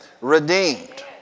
redeemed